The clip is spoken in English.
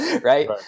Right